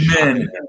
men